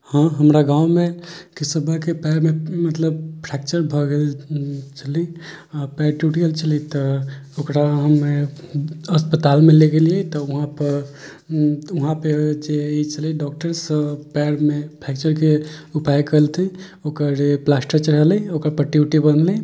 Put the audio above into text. हँ हमरा गाँवमे केशवाके पैरमे मतलब फ्रैक्चर भऽ गेल छलैया आ पैर टुटि गेल छलैया तऽ ओकरा हमे अस्पतालमे ले गेलियै तऽ वहाँ पर वहाँ पर जे ई छलैया डॉक्टर से पैरमे फ्रेक्चरके उपाय केलथिन ओकर प्लास्टर चढ़लै ओकर पट्टी वट्टी बँधलै